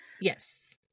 Yes